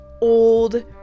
old